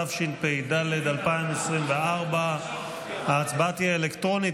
התשפ"ד 2024. ההצבעה תהיה אלקטרונית.